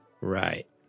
Right